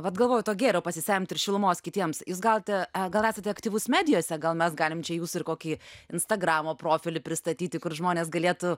vat galvoju to gėrio pasisemt ir šilumos kitiems jūs galote e gal esate aktyvus medijose gal mes galim čia jūs ir kokį instagramo profilį pristatyti kur žmonės galėtų